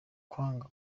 kwanga